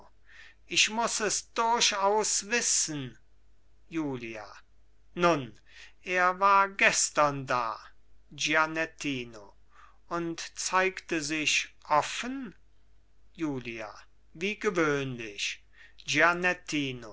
ich muß es durchaus wissen julia nun er war gestern da gianettino und zeigte sich offen julia wie gewöhnlich